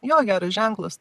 jo geras ženklas